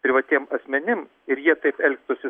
privatiem asmenim ir jie taip elgtųsi